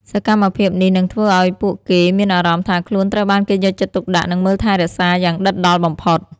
សកម្មភាពនេះនឹងធ្វើឲ្យពួកគេមានអារម្មណ៍ថាខ្លួនត្រូវបានគេយកចិត្តទុកដាក់និងមើលថែរក្សាយ៉ាងដិតដល់បំផុត។